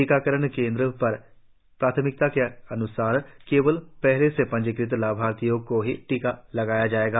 टीकाकरण केन्द्र पर प्राथमिकता के अन्सार केवल पहले से पंजीकृत लाभार्थियों को ही टीका लगाया जाएगा